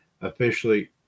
officially